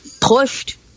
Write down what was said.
pushed